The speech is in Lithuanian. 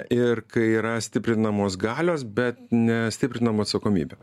ir kai yra stiprinamos galios bet ne stiprinama atsakomybė